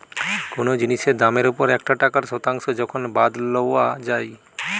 কোনো জিনিসের দামের ওপর একটা টাকার শতাংশ যখন বাদ লওয়া যাই